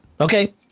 okay